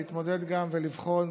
להתמודד ולבחון